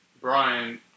Brian